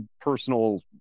personal